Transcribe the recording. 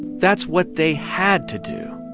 that's what they had to do.